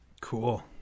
Cool